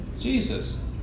Jesus